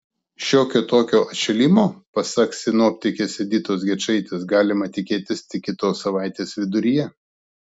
šiokio tokio atšilimo pasak sinoptikės editos gečaitės galima tikėtis tik kitos savaitės viduryje